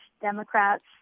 Democrats